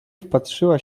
wpatrzyła